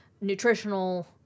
nutritional